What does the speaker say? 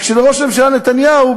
רק שלראש הממשלה נתניהו,